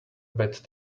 bad